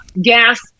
gas